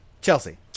Chelsea